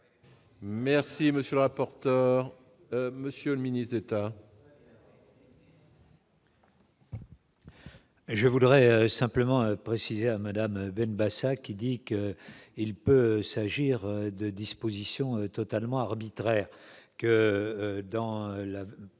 Merci, monsieur le rapporteur, monsieur le ministre d'État.